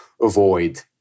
avoid